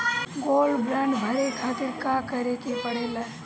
Gold bond भरे खातिर का करेके पड़ेला?